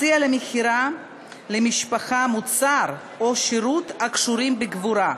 מציע למכירה למשפחה מוצר או שירות הקשורים בקבורה,